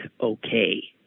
okay